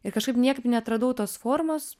ir kažkaip niekaip neatradau tos formos